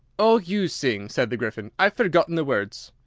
oh, you sing, said the gryphon. i've forgotten the words.